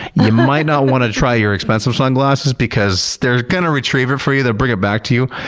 you might not want to try your expense um sunglasses because they're gonna retrieve it for you, they'll bring it back to you,